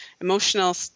emotional